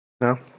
No